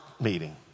meeting